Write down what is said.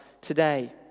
today